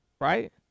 right